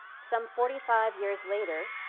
some forty five years later,